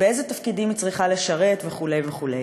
באיזה תפקידים היא צריכה לשרת וכו' וכו'.